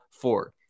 four